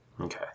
Okay